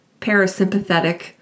parasympathetic